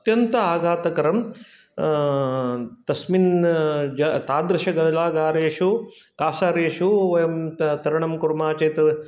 अत्यन्त आघातकरं तस्मिन् ज तादृशजलागारेषु कासारेषु वयं त तरणं कुर्मः चेत्